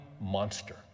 monster